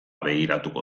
begiratuko